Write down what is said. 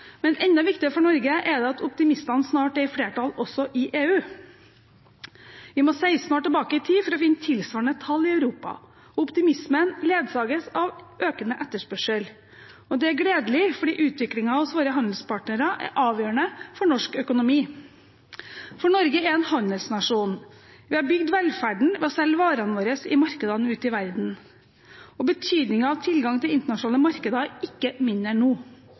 Men enda viktigere for Norge er det at optimistene snart er i flertall også i EU. Vi må 16 år tilbake i tid for å finne tilsvarende tall i Europa. Optimismen ledsages av økende etterspørsel, og det er gledelig, fordi utviklingen hos våre handelspartnere er avgjørende for norsk økonomi. For Norge er en handelsnasjon. Vi har bygd velferden ved å selge varene våre i markedene ute i verden. Betydningen av tilgang til internasjonale markeder er ikke mindre